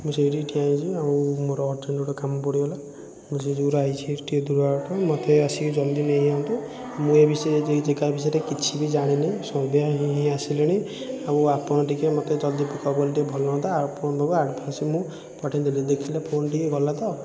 ମୁଁ ସେଇଠି ଠିଆ ହେଇଛି ଆଉ ମୋର ଅରଜେଣ୍ଟ୍ ଗୋଟେ କାମ ପଡ଼ିଗଲା ମୁଁ ସେଇ ଯୋଗୁଁରୁ ଆଇଛି ହେରି ଟିକିଏ ଦୂର ବାଟ ମୋତେ ଆସିକି ଜଲ୍ଦି ନେଇଯାଆନ୍ତୁ ମୁଁ ଏ ବିଷରେ ଏ ଜାଗା ବିଷୟରେ କିଛି ବି ଜାଣିନାହିଁ ସନ୍ଧ୍ୟା ହେଇ ହେଇ ଆସିଲାଣି ଆଉ ଆପଣ ଟିକିଏ ମୋତେ ଜଲ୍ଦି ପିକଅପ୍ କଲେ ଟିକିଏ ଭଲ ହୁଅନ୍ତା ଆପଣଙ୍କୁ ଆଡ଼ଭାନ୍ସ ମୁଁ ପଠେଇ ଦେଲି ଦେଖିଲେ ଫୋନ୍ଟିକି ଗଲା ତ